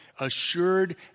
Assured